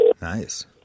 Nice